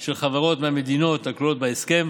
של חברות מהמדינות הכלולות בהסכם.